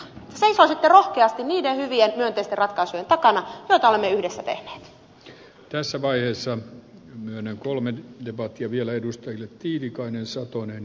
seisoisitte rohkeasti niiden hyvien myönteisten ratkaisujen takana joita olemme yhdessä tehnee tässä vaiheessa myönnän kolmen debattiville edustajille tiilikainen tehneet